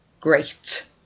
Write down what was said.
Great